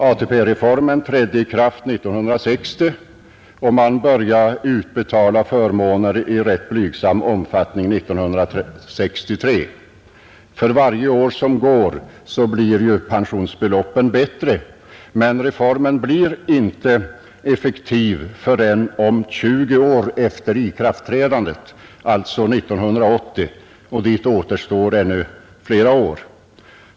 ATP-reformen trädde i kraft 1960 och man började utbetala förmåner i rätt blygsam omfattning 1963. För varje år som går blir ju pensionsbeloppen bättre, men reformen blir inte effektiv förrän 20 år efter ikraftträdandet, alltså 1980, och dit återstår ännu flera år.